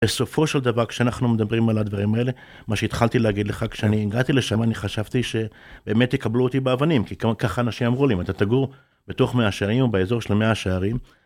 בסופו של דבר, כשאנחנו מדברים על הדברים האלה, מה שהתחלתי להגיד לך כשאני הגעתי לשם, אני חשבתי ש... באמת יקבלו אותי באבנים, כי ככה אנשים אמרו לי, אם אתה תגור בתוך מאה שערים, או באזור של מאה שערים...